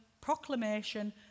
proclamation